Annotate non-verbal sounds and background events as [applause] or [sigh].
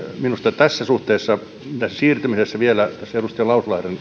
minusta tässä suhteessa tässä siirtymisessä vielä tässä edustaja lauslahden [unintelligible]